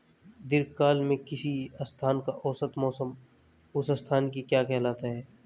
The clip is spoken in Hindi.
दीर्घकाल में किसी स्थान का औसत मौसम उस स्थान की क्या कहलाता है?